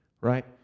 right